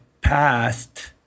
passed